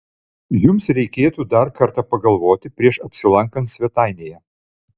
jums reikėtų dar kartą pagalvoti prieš apsilankant svetainėje